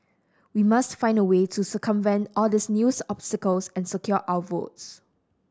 we must find a way to circumvent all these news obstacles and secure our votes